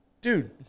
dude